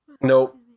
Nope